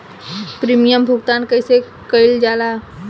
Premium भुगतान कइसे कइल जाला?